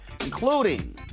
including